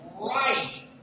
right